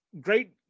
great